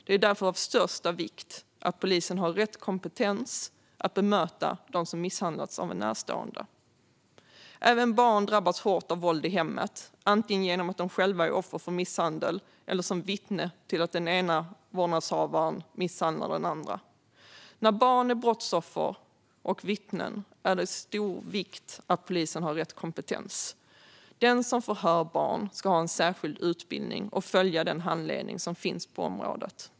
Det är därför av största vikt att polisen har rätt kompetens för att bemöta dem som misshandlats av en närstående. Även barn drabbas hårt av våld i hemmet, antingen genom att de själva är offer för misshandel eller som vittne till att den ena vårdnadshavaren misshandlar den andra. När barn är brottsoffer och vittnen är det av stor vikt att polisen har rätt kompetens. Den som förhör barn ska ha en särskild utbildning och följa den handledning som finns på området.